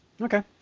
Okay